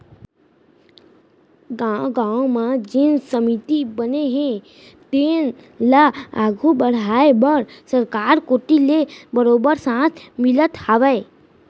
गाँव गाँव म जेन समिति बने हे तेन ल आघू बड़हाय बर सरकार कोती ले बरोबर साथ मिलत हावय